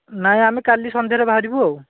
ନାହିଁ ଆମେ କାଲି ସନ୍ଧ୍ୟାରେ ବାହାରିବୁ ଆଉ